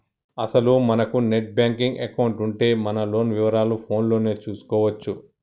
అసలు మనకు net banking account ఉంటే మన లోన్ వివరాలు ఫోన్ లోనే చూసుకోవచ్చు